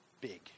big